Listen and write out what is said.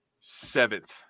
seventh